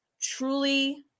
truly